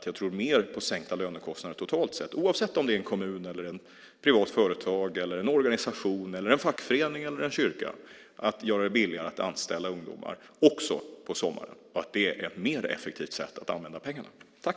Jag tror mer på sänkta lönekostnader totalt sett oavsett om det är en kommun, ett privat företag, en organisation, en fackförening eller en kyrka för att göra det billigare att anställa ungdomar också på sommaren. Jag tror att det är ett mer effektivt sätt att använda pengarna på.